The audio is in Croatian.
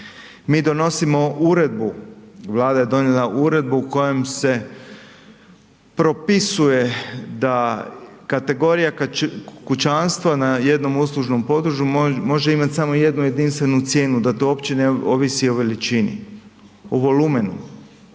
Mi donosimo uredbu, Vlada je donijela uredbu kojom se propisuje da kategorija kućanstva na jednom uslužnom području može imati samo jednu jedinstvenu cijenu da to uopće ne ovisi o veličini, o volumenu,